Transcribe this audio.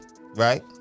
right